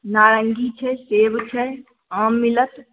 नारंगी छै सेव छै आम मिलत